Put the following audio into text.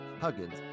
huggins